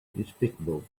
despicable